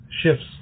shifts